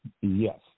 Yes